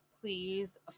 Please